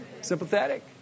Sympathetic